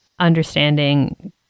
understanding